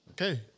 Okay